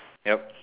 yup